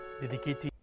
Dedicated